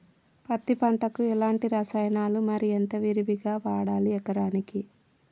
పత్తి పంటకు ఎలాంటి రసాయనాలు మరి ఎంత విరివిగా వాడాలి ఎకరాకి?